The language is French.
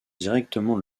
directement